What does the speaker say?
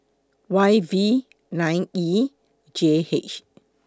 Y V nine E J H